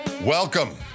Welcome